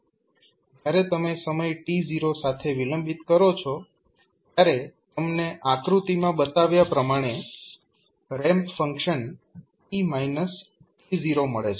જ્યારે તમે સમય t0 સાથે વિલંબિત કરો છો ત્યારે તમને આકૃતિમાં બતાવ્યા પ્રમાણે રેમ્પ ફંક્શન t t0 મળે છે